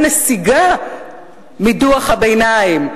אבל תזכיר החוק היה נסיגה מדוח הביניים.